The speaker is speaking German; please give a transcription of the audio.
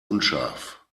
unscharf